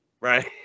Right